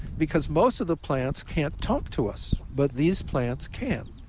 because most of the plants can't talk to us but these plants can.